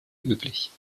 üblich